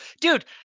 dude